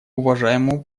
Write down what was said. уважаемому